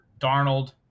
Darnold